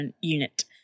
unit